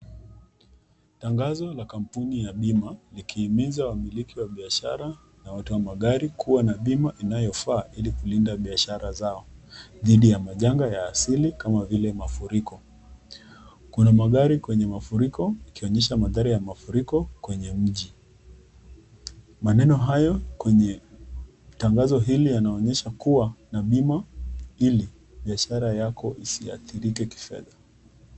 Tangazo la kampuni ya bima ikihimiza wamiliki wa biashara na watu wa magari kuwa na bima inayofaa ili kulinda biashara zao dhidi ya majanga ya asili kama vile mafuriko. Kuna magari kwenye mafuriko kuonyesha madhara ya mafuriko kwenye mji. Maneno hayo kwenye tangazo hili yanaonyesha kuwa na bima ili biashara yako isiathirike kifedha.